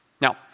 Now